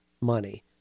money